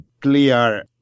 clear